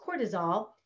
cortisol